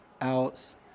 outs